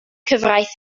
cyfraith